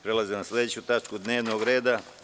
Prelazimo na sledeću tačku dnevnog reda.